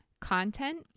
content